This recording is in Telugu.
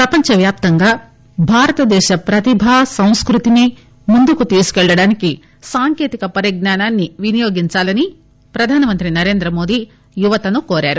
ప్రపంచవ్యాప్తంగా భారతదేశ ప్రతిభ సంస్కృతిని ముందుకు తీసుకెళ్లడానికి సాంకేతిక పరిజ్ఞానాన్ని వినియోగించాలని ప్రధానమంత్రి నరేంద్ర మోడీ యువతను కోరారు